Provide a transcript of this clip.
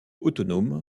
autonome